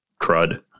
crud